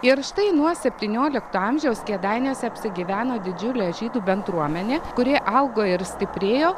ir štai nuo septyniolikto amžiaus kėdainiuose apsigyveno didžiulė žydų bendruomenė kuri augo ir stiprėjo